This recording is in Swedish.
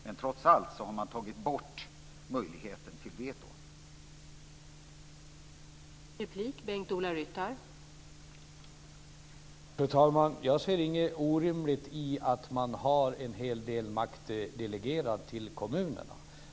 Men trots allt har möjligheten till veto tagits bort.